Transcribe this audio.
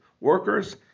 workers